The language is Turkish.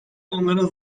onların